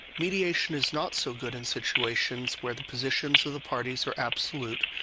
mediation is not so good in situations where the positions of the parties are absolute,